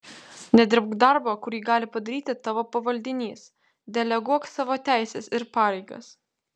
nedirbk darbo kurį gali padaryti tavo pavaldinys deleguok savo teises ir pareigas